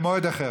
למועד אחר.